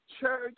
church